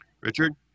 Richard